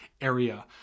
area